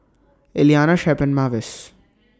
Iliana Shep and Mavis